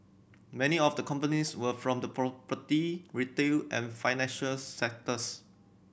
many of the companies were from the property retail and financial sectors